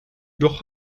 doch